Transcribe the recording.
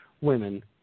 women